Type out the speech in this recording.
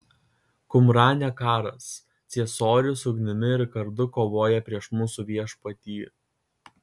kumrane karas ciesorius ugnimi ir kardu kovoja prieš mūsų viešpatį